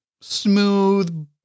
smooth